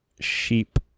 sheep